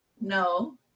no